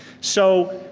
so